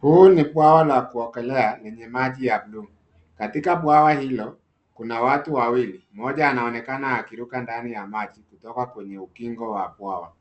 Huu ni bwawa la kuogelea lenye maji ya bluu. Katika bwawa hili, kuna watu wawili, mmoja anaonekana akiruka ndani ya maji kutoka kwenye ukingo wa bwawa